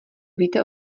víte